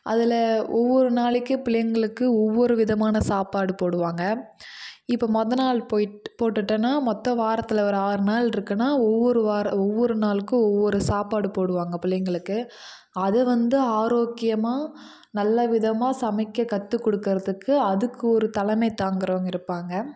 அதில் ஒவ்வொரு நாளைக்கும் பிள்ளைங்களுக்கு ஒவ்வொரு விதமான சாப்பாடு போடுவாங்க இப்போ மொதல் நாள் போய்ட்டு போட்டுட்டனால் மொத்த வாரத்தில் ஒரு ஆறு நாள் இருக்குனால் ஒவ்வொரு வார ஒவ்வொரு நாளுக்கும் ஒவ்வொரு சாப்பாடு போடுவாங்க புள்ளைங்களுக்கு அது வந்து ஆரோக்கியமாக நல்ல விதமாக சமைக்க கற்றுக் கொடுக்குறதுக்கு அதுக்கு ஒரு தலைமை தாங்குகிறவங்க இருப்பாங்க